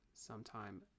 Sometime